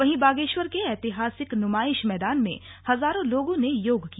वहीं बागेश्वर के ऐतिहासिक नुमाईश मैदान में हजारों लोगों ने योग किया